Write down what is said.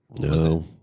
No